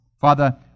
Father